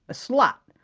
a slut,